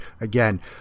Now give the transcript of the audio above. Again